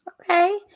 Okay